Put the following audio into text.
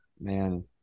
man